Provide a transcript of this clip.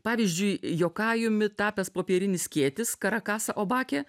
pavyzdžiui jokajumi tapęs popierinis skėtis karakasa obake